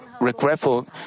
regretful